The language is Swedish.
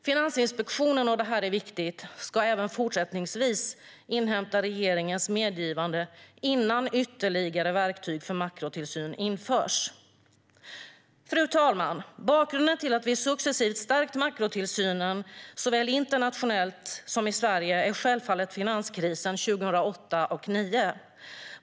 Finansinspektionen - detta är viktigt - ska även fortsättningsvis inhämta regeringens medgivande innan ytterligare verktyg för makrotillsyn införs. Fru talman! Bakgrunden till att vi successivt stärkt makrotillsynen såväl internationellt som i Sverige är självfallet finanskrisen 2008 och 2009.